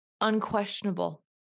unquestionable